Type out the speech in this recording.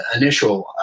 initial